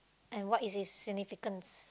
and what is its significance